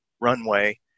runway